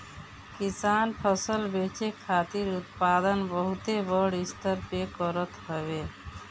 किसान फसल बेचे खातिर उत्पादन बहुते बड़ स्तर पे करत हवे